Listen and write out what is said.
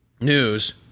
news